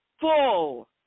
full